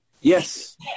yes